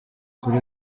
kuri